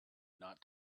not